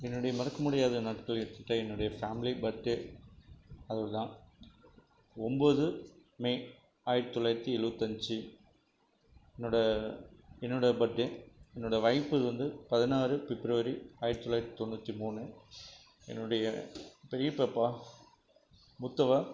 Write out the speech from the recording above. என்னுடைய மறக்கமுடியாத நாட்கள் எடுத்துக்கிட்டால் என்னுடைய ஃபேமிலி பர்த்டே அதுதான் ஒம்பது மே ஆயிரத்தி தொள்ளாயிரத்தி எழுபத்தஞ்சு என்னோடய என்னோடய பர்த்டே என்னோடய ஒய்ஃப் இது வந்து பதினாறு ஃபிப்ரவரி ஆயிரத்தி தொள்ளாயிரத்தி தொண்ணூற்றி மூணு என்னுடைய பெரிய பாப்பா மூத்தவள்